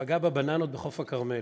פגע בבננות בחוף הכרמל.